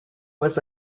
was